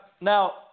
Now